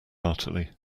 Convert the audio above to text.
heartily